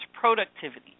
productivity